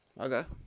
okay